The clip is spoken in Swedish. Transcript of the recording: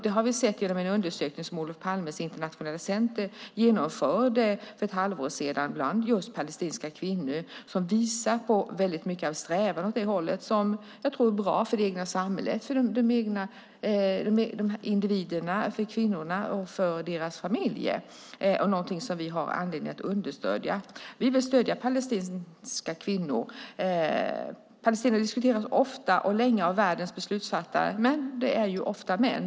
Det har vi sett av den undersökning som Olof Palmes Internationella Center genomförde för ett halvår sedan bland just palestinska kvinnor. Den visar att det finns en stark strävan åt det hållet, vilket jag tror vore bra för det egna samhället, för individerna, kvinnorna, och för deras familjer. Det är något som vi har anledning att understödja. Vi vill stödja palestinska kvinnor. Palestina diskuteras ofta och länge av världens beslutsfattare, men de är ofta män.